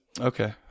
Okay